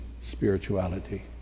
spirituality